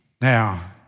Now